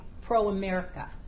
pro-America